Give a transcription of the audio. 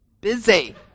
busy